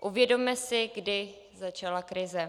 Uvědomme si, kdy začala krize.